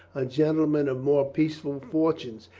a gentleman of more peaceful fortunes,